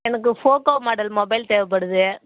எனக்கு Poco model mobile தேவப்படுது